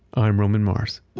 i'm roman mars